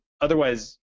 otherwise